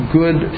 good